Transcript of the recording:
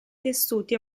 tessuti